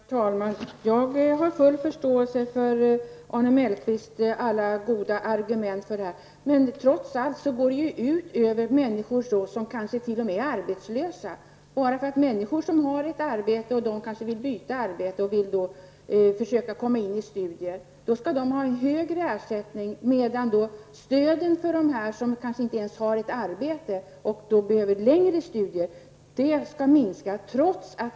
Herr talman! Jag har full förståelse för Arne Mellqvists alla goda argument för den här förändringen. Trots allt går den ut över människor som kanske t.o.m. är arbetslösa. Människor som har ett arbete och som vill studera för att kunna byta det får högre ersättning, medan stöden för dem som kanske inte ens har ett arbete och därför behöver längre studier skall minska.